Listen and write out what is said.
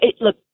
look